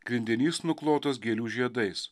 grindinys nuklotas gėlių žiedais